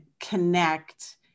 connect